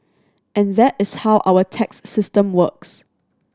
and that is how our tax system works